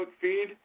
feed